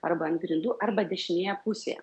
arba ant grindų arba dešinėje pusėje